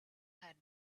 had